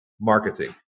marketing